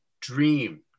Dream